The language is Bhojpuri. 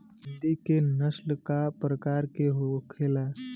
हिंदी की नस्ल का प्रकार के होखे ला?